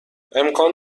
امکان